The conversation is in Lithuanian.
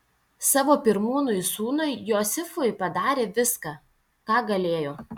savo pirmūnui sūnui josifui padarė viską ką galėjo